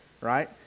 right